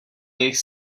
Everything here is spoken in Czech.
jejich